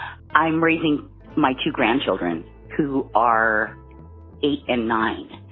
i'm raising my two grandchildren who are eight and nine.